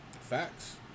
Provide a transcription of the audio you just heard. Facts